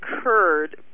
occurred